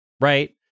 right